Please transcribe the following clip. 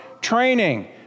training